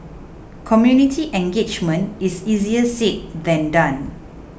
community engagement is easier said than done